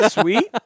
sweet